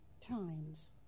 times